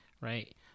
right